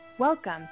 Welcome